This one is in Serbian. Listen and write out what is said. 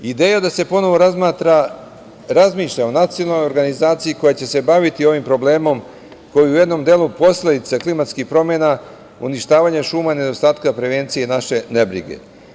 Ideja da se ponovo razmatra, razmišlja o nacionalnoj organizaciji koja će se baviti ovim problemom koji u jednom delu je posledica klimatskih promena, uništavanja šuma, nedostatka prevencije naše nebrige.